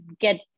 get